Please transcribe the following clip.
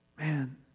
man